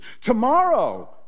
tomorrow